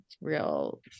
real